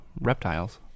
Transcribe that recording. reptiles